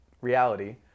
reality